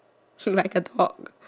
he like to talk